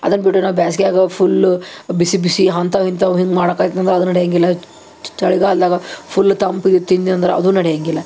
ಅದನ್ನು ಬಿಟ್ಟು ನಾವು ಬೇಸ್ಗ್ಯಾಗ ಫುಲ್ ಬಿಸಿ ಬಿಸಿ ಅಂಥಾವು ಇಂಥಾವು ಹಿಂಗೆ ಮಾಡಕ್ಕೆ ಆಯ್ತು ಅಂದ್ರೆ ಅದೂ ನಡೆಯಂಗಿಲ್ಲ ಚಳಿಗಾಲದಾಗ ಫುಲ್ ತಂಪಗೆ ತಿಂದ್ನಿ ಅಂದ್ರೆ ಅದೂ ನಡೆಯಂಗಿಲ್ಲ